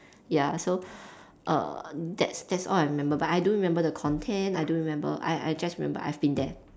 ya so err that's that's all I remember but I don't remember the content I don't remember I I just remember I've been there